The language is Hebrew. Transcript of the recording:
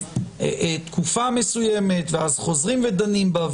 לתקופה מסוימת ואז חוזרים ודנים בה,